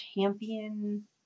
champion